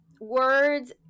words